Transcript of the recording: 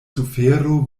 sufero